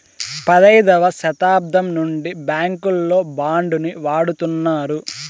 పదైదవ శతాబ్దం నుండి బ్యాంకుల్లో బాండ్ ను వాడుతున్నారు